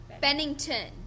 Bennington